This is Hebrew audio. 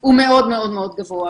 הוא מאוד מאוד גבוה.